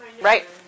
Right